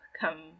come